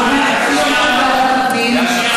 היא אומרת ועדת הפנים,